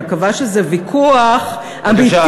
אני מקווה שזה ויכוח אמיתי,